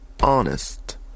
honest